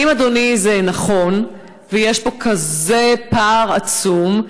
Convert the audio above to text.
רצוני לשאול: 1. האם זה נכון ויש פה כזה פער עצום?